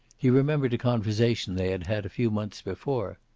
he remembered a conversation they had had a few months before.